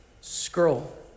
scroll